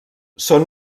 són